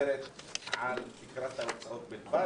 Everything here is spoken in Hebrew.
מדברת על תקרת ההוצאות בלבד?